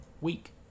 week